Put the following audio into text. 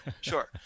Sure